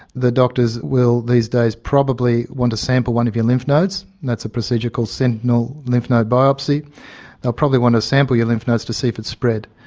the doctors will these days probably want to sample one of your lymph nodes, and that's a procedure called sentinel lymph node biopsy. they will probably want to sample your lymph nodes to see if it's spread.